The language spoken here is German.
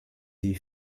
die